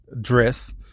dress